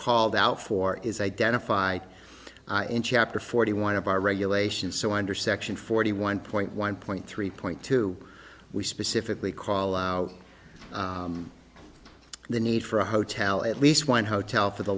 called out for is identified in chapter forty one of our regulations so under section forty one point one point three point two we specifically call out the need for a hotel at least one hotel for the